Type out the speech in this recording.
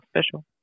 special